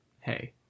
hey